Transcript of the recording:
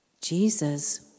Jesus